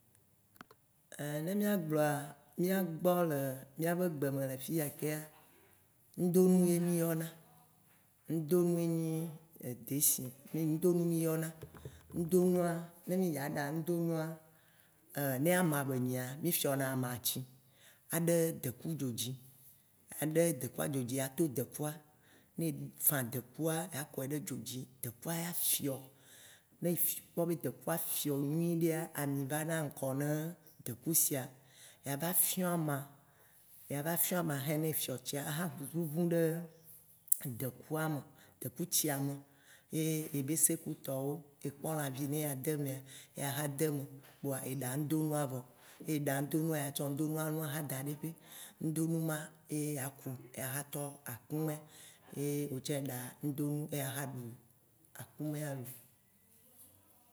Ne mìagblɔa, mìagbɔ le mìa be gbe me le fiya kea, ŋdonu ye mì yɔna. Ŋdonu ye nye desi, ŋdonu ye mì yɔna, ŋdonua, ne mì dza ɖa ŋdonua, ne ama be nyia, mì fiɔna ama tsi, aɖe deku dzodzi, aɖe dekua dzodzi ato dekua, ne efã dekua, yea kɔe ɖe dzodzi, dekua ya fiɔ, ne ekpɔ be dekua fiɔ nyuiɖea, ami vana ŋkɔ ne dekusia, yeava fiɔ̃ ama, yeava fiɔ̃ ama xɛ ne efiɔ tsia aha ʋuʋu ɖe dekua me, dekutsia me, ye yebese ku tɔwo, ekpɔ lãvi yi ne yeade emea ye axɔ de eme kpoa eɖa ŋdonua vɔ. Ye ɖa ŋdonua, ya tsɔ ŋdonua aha lo daɖe ƒe, ŋdonu ma ye yeaku ya xa tɔ akume, ye wò hã eɖa ŋdonu ye axɔ ɖu akumea lo.